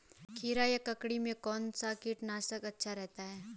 खीरा या ककड़ी में कौन सा कीटनाशक अच्छा रहता है?